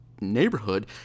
neighborhood